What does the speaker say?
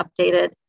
updated